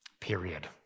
Period